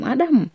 Adam